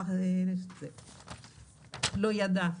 לא ידע.